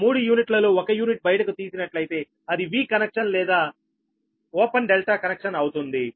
ఆ మూడు యూనిట్లలో ఒక యూనిట్ బయటకు తీసి నట్లయితే అది V కనెక్షన్ లేక ఓపెన్ డెల్టా కనెక్షన్ అవుతుంది